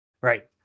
Right